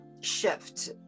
shift